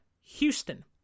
Houston